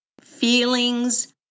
feelings